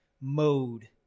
mode